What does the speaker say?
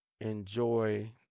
enjoy